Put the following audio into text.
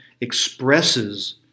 expresses